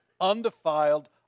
undefiled